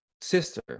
sister